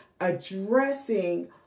addressing